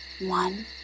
One